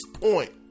Point